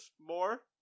more